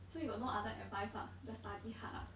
so you got no other advice lah just study hard ah